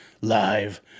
live